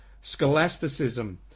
scholasticism